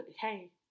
hey